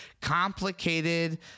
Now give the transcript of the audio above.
complicated